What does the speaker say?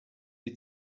die